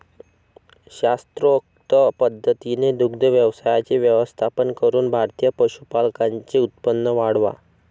शास्त्रोक्त पद्धतीने दुग्ध व्यवसायाचे व्यवस्थापन करून भारतीय पशुपालकांचे उत्पन्न वाढवा